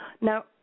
Now